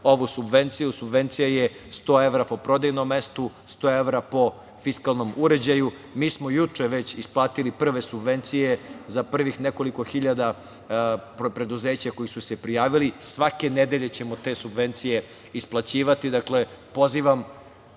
subvenciju. Subvencija je 100 evra po prodajnom mestu, 100 evra po fiskalnom uređaju. Mi smo juče već isplatili prve subvencije za prvih nekoliko hiljada preduzeća koja su se prijavili. Svake nedelje ćemo te subvencije isplaćivati. Dakle, pozivam